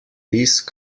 these